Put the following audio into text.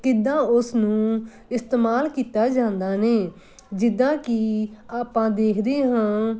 ਕਿੱਦਾਂ ਉਸ ਨੂੰ ਇਸਤੇਮਾਲ ਕੀਤਾ ਜਾਂਦਾ ਨੇ ਜਿੱਦਾਂ ਕਿ ਆਪਾਂ ਦੇਖਦੇ ਹਾਂ